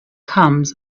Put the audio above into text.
comes